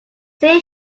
sea